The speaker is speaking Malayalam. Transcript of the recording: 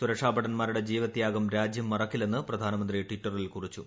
സുരക്ഷാഭടൻമാരുടെ ജീവത്യാഗം രാജ്യം മറക്കില്ലെന്ന് പ്രധാനമന്ത്രി ട്വിറ്ററിൽ കുറിച്ചു